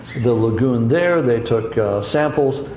the lagoon there, they took samples,